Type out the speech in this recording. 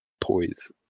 poise